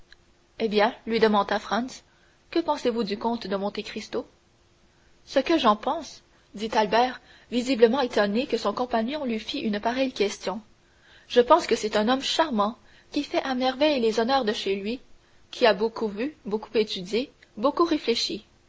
eh bien lui demanda franz que pensez-vous du comte de monte cristo ce que j'en pense dit albert visiblement étonné que son compagnon lui fît une pareille question je pense que c'est un homme charmant qui fait à merveille les honneurs de chez lui qui a beaucoup vu beaucoup étudié beaucoup réfléchi